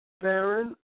Baron